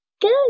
Good